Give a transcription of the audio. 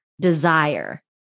Desire